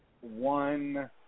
one